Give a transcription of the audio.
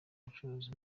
bucuruzi